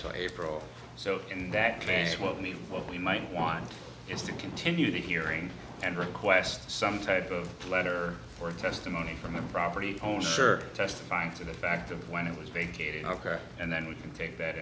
to april so in that case what we what we might want is to continue the hearing and request some type of letter or testimony from a property owner sure testifying to the fact of when it was vacated and then we can take that